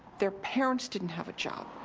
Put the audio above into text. their parents didn't have a job.